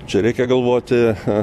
čia reikia galvoti